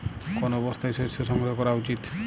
কোন অবস্থায় শস্য সংগ্রহ করা উচিৎ?